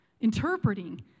interpreting